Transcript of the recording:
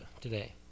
today